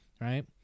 right